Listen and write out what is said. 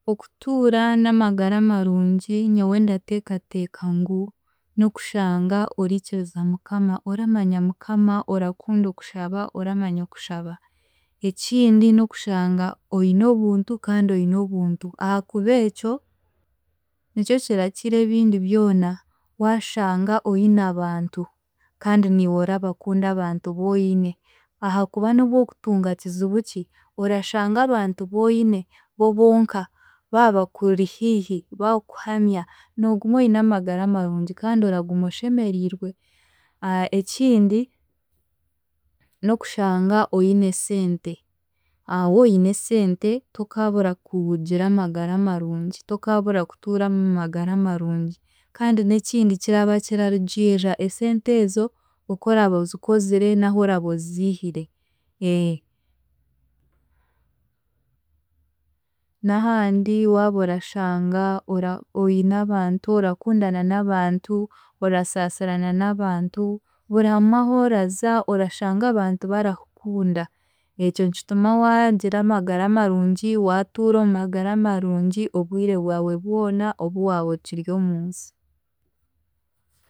Okutuura n'amagara marungi, nyowe ndateekateeka ngu n'okushanga oriikiriza Mukama oramanya Mukama, orakunda okushaba oramanya okushaba. Ekindi n'okushanga oine obuntu kandi oine obuntu ahaakuba ekyo nikyo kirakira ebindi byona waashanga oine abantu kandi niiwe orabakunda abantu boine, ahaakuba n'obwokutunga kizibu ki, orashanga abantu boine bo bonka baabakuri hiihi baakuhamya, nooguma oine amagara marungi kandi oraguma oshemeriirwe. Ekindi n'okushanga oine esente, woine esente tokaabura kugira amagara marungi, tokaabura kutuura omu magara marungi kandi n'ekindi kiraba kirarugiirira esente ezo oku oraba ozikozire n'ahu oraba oziihire, N'ahandi waaba orashanga ora- oine abantu, orakundana n'abantu, orasaasirana n'abantu, buri hamwe ahoraza orashanga abantu barakukunda, ekyo nikituma waagira amagara marungi, waatuura omu magara marungi obwire bwawe bwona obu waaba okiri omunsi.